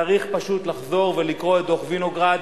צריך לחזור ולקרוא את דוח-וינוגרד